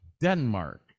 denmark